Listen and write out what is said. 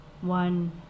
One